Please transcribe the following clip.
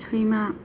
सैमा